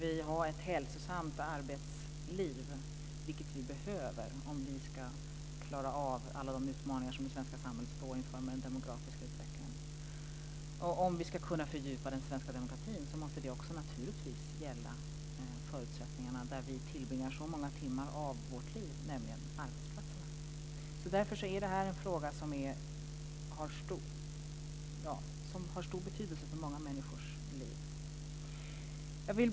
Vi behöver ett hälsosamt arbetsliv om vi ska klara av alla utmaningar som det svenska samhället står inför, med den demografiska utvecklingen. Om vi ska kunna fördjupa den svenska demokratin måste det också gälla förutsättningarna där vi tillbringar så många timmar av vårt liv, nämligen arbetsplatserna. Därför har denna fråga stor betydelse för många människors liv.